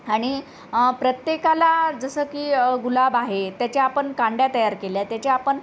आणि प्रत्येकाला जसं की गुलाब आहे त्याच्या आपण काड्या तयार केल्या त्याच्या आपण